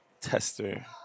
tester